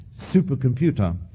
Supercomputer